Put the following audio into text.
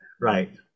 right